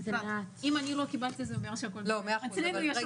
אם אני לא קיבלתי, זה אומר שהכול בסדר.